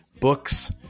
books